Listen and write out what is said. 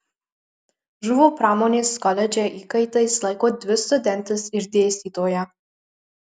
žuvų pramonės koledže įkaitais laiko dvi studentes ir dėstytoją